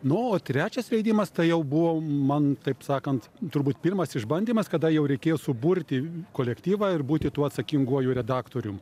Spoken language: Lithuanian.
na o trečias leidimas tai jau buvo man taip sakant turbūt pirmas išbandymas kada jau reikėjo suburti kolektyvą ir būti tuo atsakinguoju redaktorium